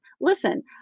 listen